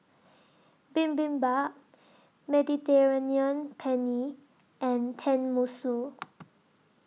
Bibimbap Mediterranean Penne and Tenmusu